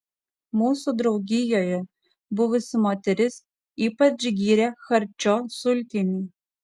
mūsų draugijoje buvusi moteris ypač gyrė charčio sultinį